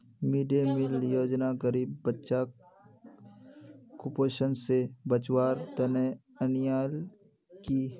mid day meal योजना गरीब बच्चाक कुपोषण स बचव्वार तने अन्याल कि